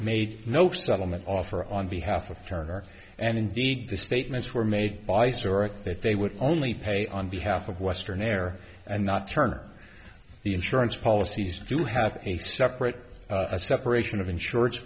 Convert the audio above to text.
made no settlement offer on behalf of turner and indeed the statements were made by stork that they would only pay on behalf of western air and not turn the insurance policies do have a separate separation of insurance